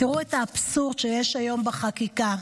תראו את האבסורד שיש היום בחקיקה.